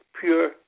pure